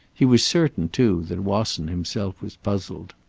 he was certain, too, that wasson himself was puzzled.